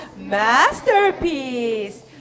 masterpiece